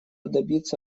добиться